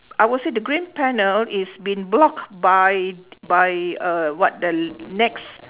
I will say the green panel is been blocked by by uhh what the next